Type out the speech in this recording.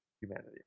humanity